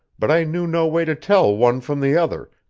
but i knew no way to tell one from the other,